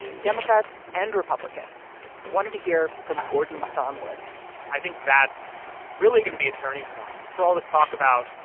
democrats and republicans wanted to hear from gordon son'll and i think that's really going to be a turning point for all this talk about, you